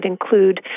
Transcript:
include